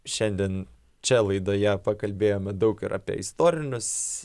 šiandien čia laidoje pakalbėjome daug ir apie istorinius